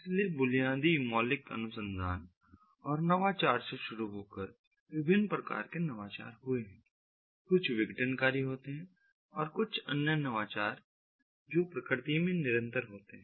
इसलिए बुनियादी मौलिक अनुसंधान और नवाचार से शुरू होकर विभिन्न प्रकार के नवाचार हुए हैं कुछ विघटनकारी होते हैं और कुछ अन्य नवाचार जो प्रकृति में निरंतर होते हैं